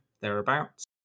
thereabouts